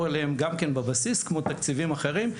אליהם גם כן בבסיס כמו תקציבים אחרים,